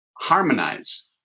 harmonize